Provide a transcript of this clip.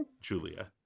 Julia